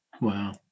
Wow